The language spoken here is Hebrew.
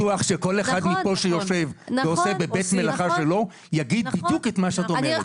אני בטוח שכל אחד מפה שעושה בבית מלאכה שלו יגיד בדיוק את מה שאת אומרת.